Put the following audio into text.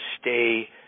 stay